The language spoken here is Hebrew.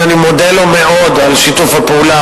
שאני מודה לו מאוד על שיתוף הפעולה,